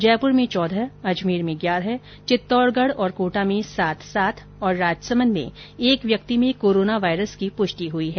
जयपुर में चौदह अजमेर में ग्यारह चित्तौडगढ़ और कोटा में सात सात और राजसमंद में एक व्यक्ति में कोरोना वायरस की पुष्टि हई है